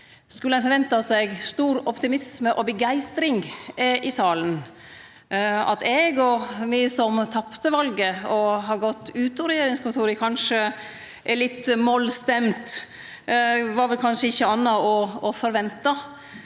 skulle ein forvente stor optimisme og begeistring i salen. At eg og me som tapte valet og har gått ut av regjeringskontora, kanskje er litt mollstemte, var kanskje ikkje anna å forvente.